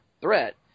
threat